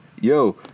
yo